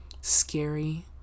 scary